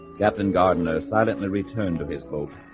captain gardner silently returned to his boat